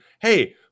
Hey